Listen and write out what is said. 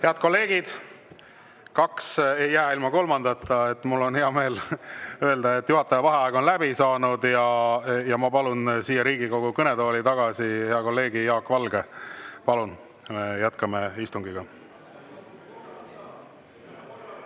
Head kolleegid! Kaks ei jää ilma kolmandata. Mul on hea meel öelda, et juhataja vaheaeg on läbi saanud, ja ma palun siia Riigikogu kõnetooli tagasi hea kolleegi Jaak Valge. Palun! Jätkame istungit.